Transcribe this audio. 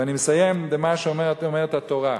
ואני מסיים במה שאומרת התורה: